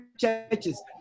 churches